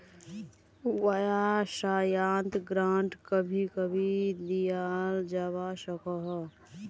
वाय्सायेत ग्रांट कभी कभी दियाल जवा सकोह